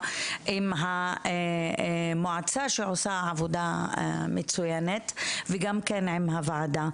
עם המועצה שעושה עבודה מצוינת וגם כן עם הוועדה,